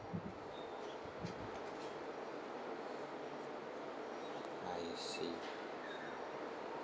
I see